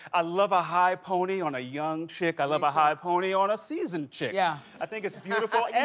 i love a high pony on a young chick. i love a high pony on a seasoned chick. yeah i think it's beautiful.